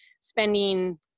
spending